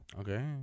Okay